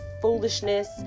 foolishness